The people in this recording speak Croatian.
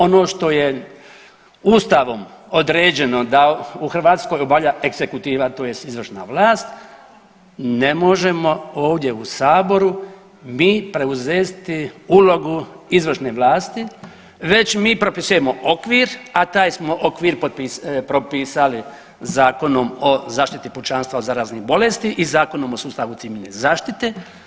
Ono što je Ustavom određeno da u Hrvatskoj obavlja egzekutiva, tj. izvršna vlast ne možemo ovdje u Saboru mi preuzesti ulogu izvršne vlasti, već mi propisujemo okvir, a taj smo okvir propisali Zakonom o zaštiti pučanstva od zaraznih bolesti i Zakonom o sustavu Civilne zaštite.